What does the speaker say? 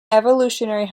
evolutionary